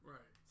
Right